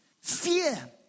fear